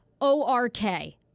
O-R-K